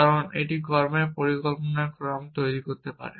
কারণ এটি কর্মের পরিকল্পনার ক্রম তৈরি করতে পারে